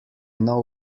know